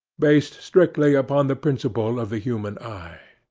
based strictly upon the principle of the human eye.